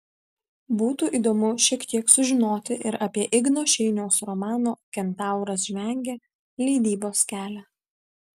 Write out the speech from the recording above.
būtų įdomu šiek tiek sužinoti ir apie igno šeiniaus romano kentauras žvengia leidybos kelią